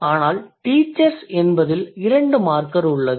ஆனால் teachers என்பதில் இரண்டு மார்க்கர் உள்ளது